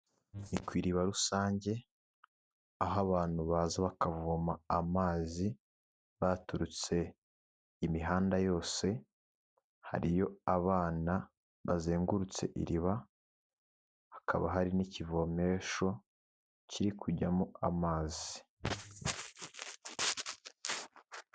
Ni ku iriba rusange aho abantu baza bakavoma amazi baturutse imihanda yose hariyo abana bazengurutse iriba, hakaba hari n'ikivomesho kiri kujyamo amazi.